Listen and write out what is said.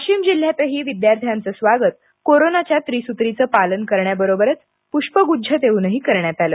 वाशिम जिल्ह्यातही विद्यार्थ्यांचं स्वागत कोरोनाच्या त्रिसूत्रीचे पालन करण्याबरोबरच प्ष्प गुच्छ देऊनही करण्यात आलं